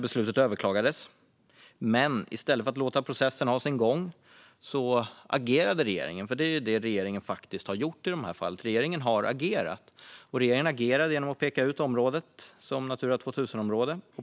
Beslutet överklagades, men i stället för att låta processen ha sin gång agerade regeringen genom att peka ut området som Natura 2000-område.